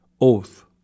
oath